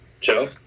Joe